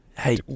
Hey